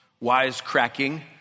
wise-cracking